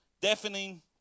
deafening